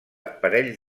parells